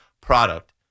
product